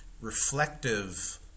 reflective